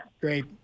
Great